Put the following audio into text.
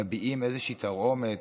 מביעים איזושהי תרעומת,